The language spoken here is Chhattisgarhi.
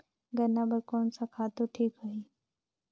गन्ना बार कोन सा खातु ठीक होही?